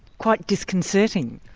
quite disconcerting?